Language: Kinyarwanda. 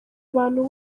abantu